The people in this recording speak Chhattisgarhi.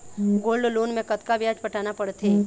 गोल्ड लोन मे कतका ब्याज पटाना पड़थे?